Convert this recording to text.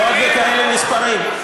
ועוד בכאלה מספרים.